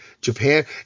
Japan